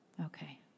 Okay